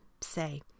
say